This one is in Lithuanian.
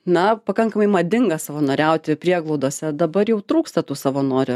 na pakankamai madinga savanoriauti prieglaudose dabar jau trūksta tų savanorių